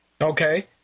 Okay